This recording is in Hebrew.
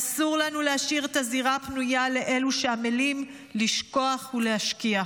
אסור לנו להשאיר את הזירה פנויה לאלו שעמלים לשכוח ולהשכיח.